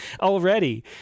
already